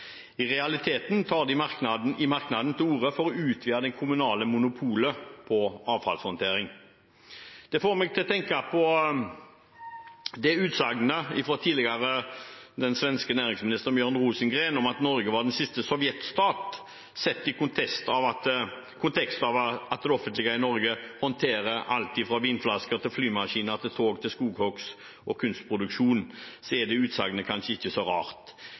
I realiteten tar de i merknaden til orde for å utvide det kommunale monopolet på avfallshåndtering. Det får meg til å tenke på utsagnet fra den tidligere svenske næringsministeren, Björn Rosengren, om at Norge er den siste sovjetstat. Sett i den konteksten at det offentlige i Norge håndterer alt fra vinflasker til flymaskiner, tog, skogshogst og kunstproduksjon, er det utsagnet kanskje ikke så rart.